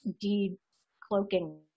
de-cloaking